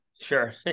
Sure